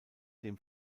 dem